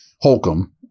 Holcomb